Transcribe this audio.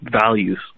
values